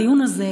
בדיון הזה,